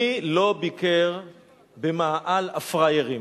מי לא ביקר ב"מאהל הפראיירים"?